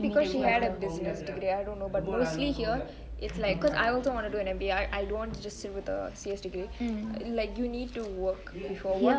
maybe because she had a business degree I don't know but mostly here is because I also want to do an M_B_A I don't want to just sit with a C_S degree like you need to work before